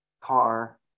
car